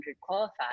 qualified